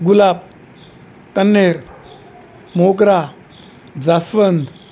गुलाब कण्हेर मोगरा जास्वंद